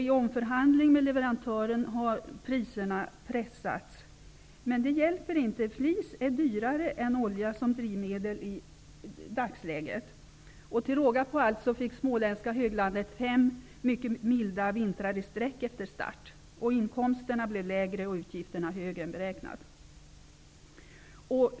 I omförhandling med leverantören har priserna pressats. Men det hjälper inte. Flis är dyrare än olja som drivmedel i dagsläget. Till råga på allt fick det småländska höglandet fem mycket milda vintrar i sträck efter start. Inkomsterna blev lägre och utgifterna högre än beräknat.